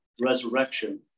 resurrection